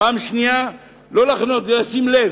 ואחר כך לא לחנות בלי לשים לב.